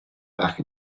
back